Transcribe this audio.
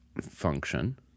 function